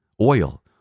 oil